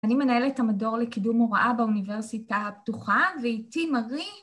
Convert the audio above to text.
‫אני מנהלת המדור לקידום הוראה ‫באוניברסיטה הפתוחה, ואיתי מרי...